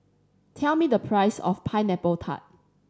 tell me the price of Pineapple Tart